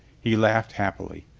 he laughed happily.